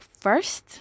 first